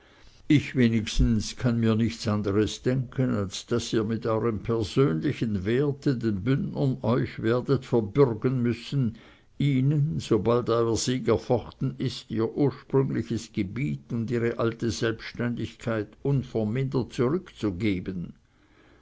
ich wenigstens kann mir nichts anderes denken als daß ihr mit euerm persönlichen werte den bündnern euch werdet verbürgen müssen ihnen sobald euer sieg erfochten ist ihr ursprüngliches gebiet und ihre alte selbständigkeit unvermindert zurückzugeben